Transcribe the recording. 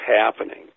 happening